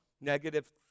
negative